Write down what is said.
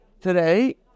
today